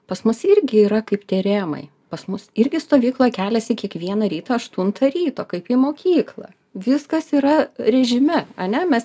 pas mus irgi yra kaip tie rėmai pas mus irgi stovykloj keliasi kiekvieną rytą aštuntą ryto kaip į mokyklą viskas yra rėžime ane mes